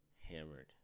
Hammered